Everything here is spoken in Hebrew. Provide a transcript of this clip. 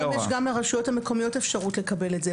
היום יש גם לרשויות המקומיות אפשרות לקבל את זה.